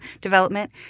development